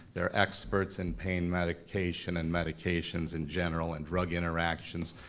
they're experts in pain medication and medications in general and drug interactions.